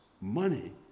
money